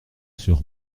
sur